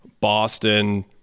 Boston